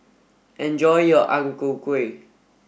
enjoy your Ang Ku Kueh